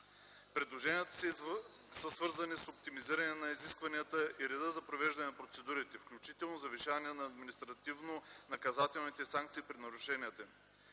Предложенията са свързани с оптимизиране на изискванията и реда за провеждане на процедурите, включително завишаване на административно-наказателните санкции при нарушаването